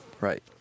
right